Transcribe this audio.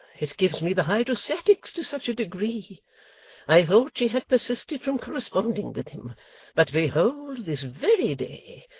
it gives me the hydrostatics to such a degree i thought she had persisted from corresponding with him but, behold, this very day,